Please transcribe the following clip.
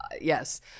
Yes